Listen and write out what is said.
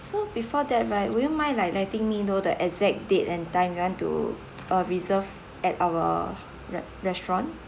so before that right would you mind like letting me know the exact date and time you want to uh reserve at our re~ restaurant